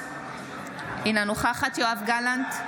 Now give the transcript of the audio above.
אינה נוכחת יואב גלנט,